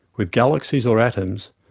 with galaxies or atoms,